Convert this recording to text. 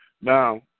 now